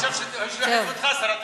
עכשיו שהוא יחליף אותך, שר התחבורה.